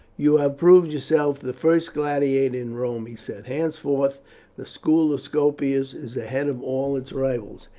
you have proved yourself the first gladiator in rome, he said. henceforth the school of scopus is ahead of all its rivals.